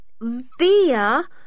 via